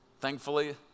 Thankfully